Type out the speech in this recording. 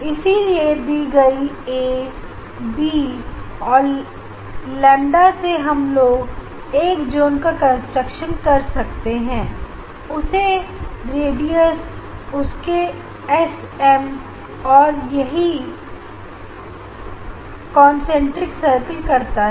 इसीलिए दिए गए एबी और लंबा से हम लोग 1 जून का कंस्ट्रक्शन कर सकते हैं उसके रेडियस उसके एसएम और यही कॉन्सन्ट्रिक सर्किल करता है